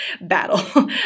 battle